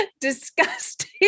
disgusting